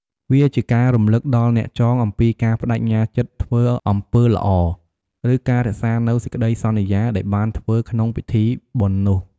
វាជាការរំឭកដល់អ្នកចងអំពីការប្ដេជ្ញាចិត្តធ្វើអំពើល្អ ឬការរក្សានូវសេចក្ដីសន្យាដែលបានធ្វើក្នុងពិធីបុណ្យនោះ។